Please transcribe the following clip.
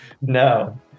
No